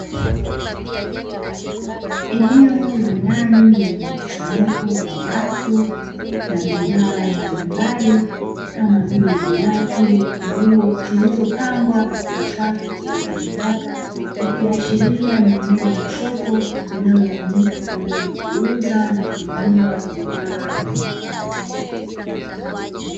Eneo la ndani lenye mkusanyiko wa watu na bidhaa mbalimbali, kama vile: viatu, nguo zilizo pangwa katika safu zilizonyooka, ikiashiria ni eneo la soko linalotumika kwa ajili ya kuuza, na kununua bidhaa mbalimbali.